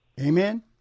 Amen